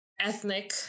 ethnic